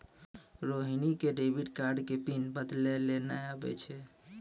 रोहिणी क डेबिट कार्डो के पिन बदलै लेय नै आबै छै